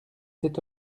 sept